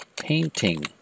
painting